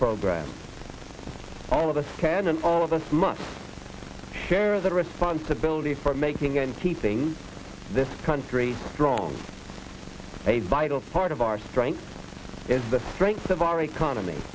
program all of us can and all of us must share the responsibility for making and keeping this country strong a vital part of our strengths is the strength of our economy